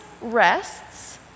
rests